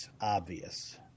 obvious